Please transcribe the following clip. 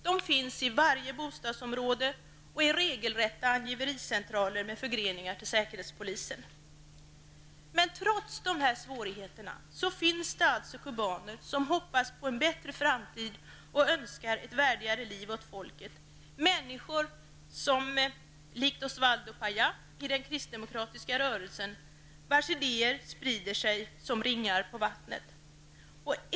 De finns i varje bostadsområde och är regelrätta angivericentraler med förgreningar till säkerhetspolisen. Trots svårigheterna finns det kubaner som hoppas på en bättre framtid och önskar ett värdigare liv åt folket, människor likt Oswaldo Payá i den kristdemokratiska rörelsen, vars idéer sprider sig som ringar på vattnet.